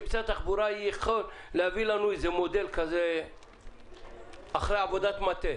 שמשרד התחבורה יוכל להביא לנו מודל אחרי עבודת מטה?